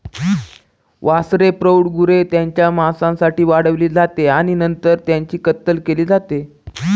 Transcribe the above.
वासरे प्रौढ गुरे त्यांच्या मांसासाठी वाढवली जाते आणि नंतर त्यांची कत्तल केली जाते